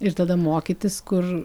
ir tada mokytis kur